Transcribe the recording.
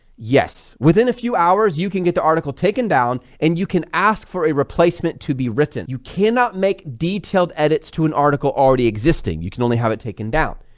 yes, within a few hours you can get the article taken down and you can ask for a replacement to be written. you cannot make detailed edits to an article already existing, you can only have it taken down,